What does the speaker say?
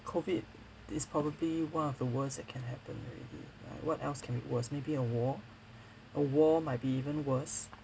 COVID is probably one of the worst that can happen already like what else can be worse maybe a war a war might be even worse